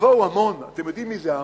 יבואו המון, אתם יודעים מי זה ההמון,